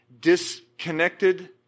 disconnected